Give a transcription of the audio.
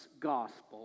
gospel